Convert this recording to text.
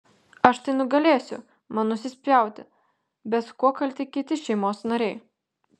aš tai nugalėsiu man nusispjauti bet kuo kalti kiti šeimos nariai